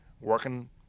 Working